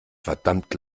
verdammt